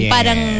Parang